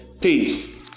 Peace